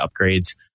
upgrades